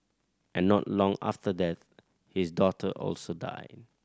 and not long after that his daughter also died